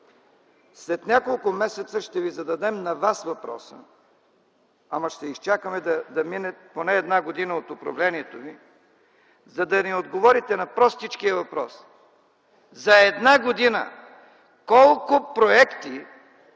След няколко месеца ще ви зададем въпроса, ама ще изчакаме да мине поне една година от управлението ви, за да ни отговорите на простичкия въпрос: За една година колко проекти